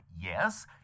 Yes